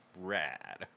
Rad